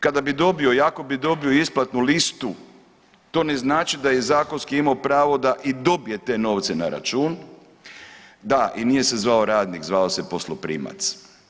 Kada bi dobio i ako bi dobio isplatnu listu to ne znači da je i zakonski imao pravo da i dobije te novce na račun, da i nije se zvao radnik, zvao se posloprimac.